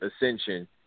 ascension